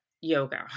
yoga